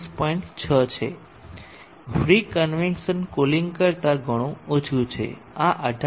6 છે free convection cooling કરતા ઘણું ઓછું છે આ 18